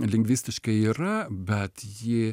lingvistiškai yra bet ji